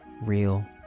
real